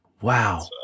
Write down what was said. Wow